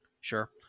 Sure